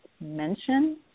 mention